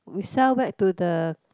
we sell back to the